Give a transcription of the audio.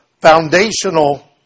foundational